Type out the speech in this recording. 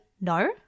No